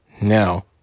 Now